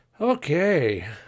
Okay